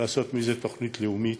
ולעשות מזה תוכנית לאומית,